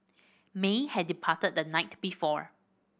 may had departed the night before